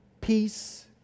peace